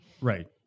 Right